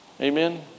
Amen